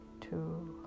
two